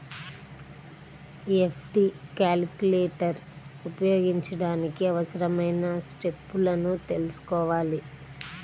FD calculator ఉపయోగించడానికి అవసరమైన స్టెప్పులను తెల్సుకోవాలి